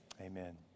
amen